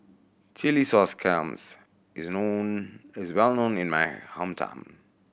chilli sauce clams is known well known in my hometown